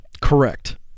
Correct